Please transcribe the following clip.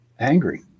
Angry